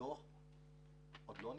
הדוח עוד לא נכתב,